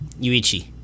Yuichi